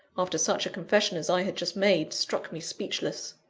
after such a confession as i had just made, struck me speechless.